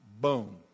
Boom